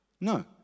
No